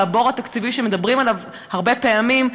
והבור התקציבי שמדברים עליו הרבה פעמים,